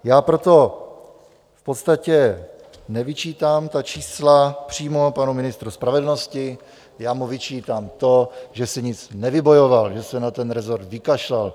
Já proto v podstatě nevyčítám ta čísla přímo panu ministru spravedlnosti, já mu vyčítám to, že si nic nevybojoval, že se na ten resort vykašlal.